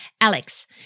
Alex